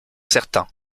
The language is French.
certains